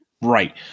Right